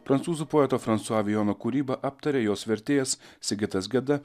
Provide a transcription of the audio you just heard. prancūzų poetų fransua vijono kūrybą aptarė jos vertėjas sigitas geda